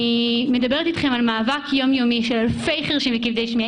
אני מדברת איתכם על מאבק יומיומי של אלפי חירשים וכבדי שמיעה.